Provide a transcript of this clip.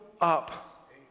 up